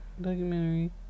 Documentary